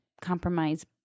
compromise